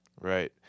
Right